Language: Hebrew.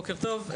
בוקר טוב,